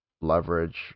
leverage